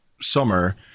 summer –